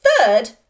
third